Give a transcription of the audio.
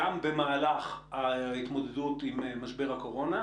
גם במהלך ההתמודדות עם משבר הקורונה,